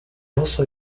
also